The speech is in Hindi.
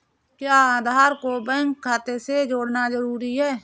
क्या आधार को बैंक खाते से जोड़ना जरूरी है?